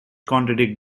contradict